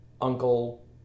Uncle